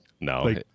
No